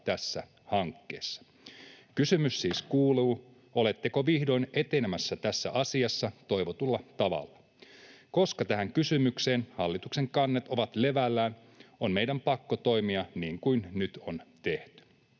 tässä hankkeessa. Kysymys siis kuuluu, oletteko vihdoin etenemässä tässä asiassa toivotulla tavalla. Koska tähän kysymykseen hallituksen kannat ovat levällään, on meidän pakko toimia niin kuin nyt on tehty.